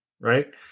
right